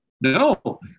No